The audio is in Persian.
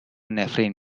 نفرین